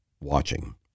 watching